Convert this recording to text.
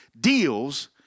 deals